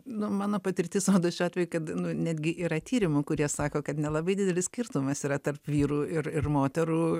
nu mano patirtis rodo šiuo atveju kad nu netgi yra tyrimų kurie sako kad nelabai didelis skirtumas yra tarp vyrų ir ir moterų